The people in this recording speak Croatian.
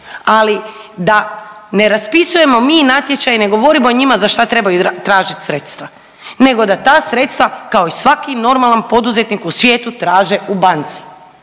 Ali, da ne raspisujemo mi natječaj i ne govorimo njima za šta trebaju tražit sredstva nego da ta sredstva, kao i svaki normalan poduzetnik u svijetu traže u banci